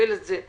לקבל את זה,